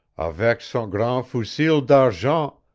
avec son grand fusil d'argent,